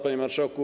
Panie Marszałku!